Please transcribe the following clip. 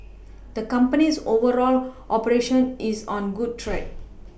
the company's overall operation is on good track